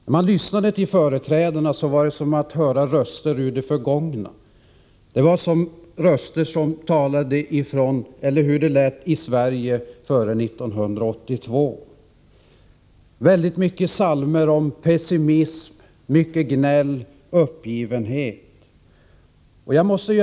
När jag lyssnade på oppositionens företrädare, var det som att höra röster ur det förgångna, röster som talade om hur det var i Sverige före 1982. Det var väldigt många psalmer om pessimism, och mycket gnäll och uppgivenhet.